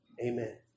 Amen